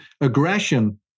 aggression